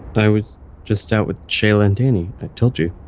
but i was just out with shayla and danny. i told you